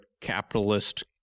capitalist